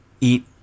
eat